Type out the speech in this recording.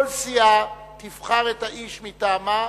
כל סיעה תבחר את האיש מטעמה.